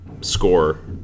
score